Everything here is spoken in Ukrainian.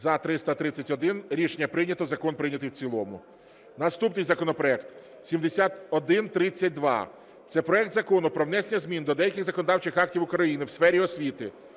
За – 331 Рішення прийнято. Закон прийнятий в цілому. Наступний законопроект 7132 – це проект Закону про внесення змін до деяких законодавчих актів України в сфері освіти.